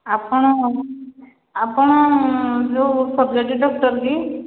ଆପଣ ଆପଣ ଯୋଉ ସବଜେକ୍ଟ ଡକ୍ଟର କି